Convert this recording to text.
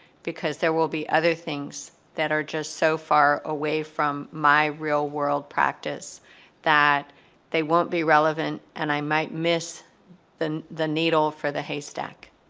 because there will be other things that are just so far away from my real world practice that they won't be relevant and i might miss the the needle for the haystack.